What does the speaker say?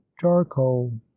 charcoal